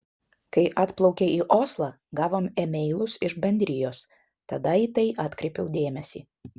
kai atplaukė į oslą gavom e mailus iš bendrijos tada į tai atkreipiau dėmesį